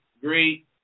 great